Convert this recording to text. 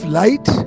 light